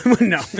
No